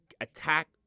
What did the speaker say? attack